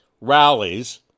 rallies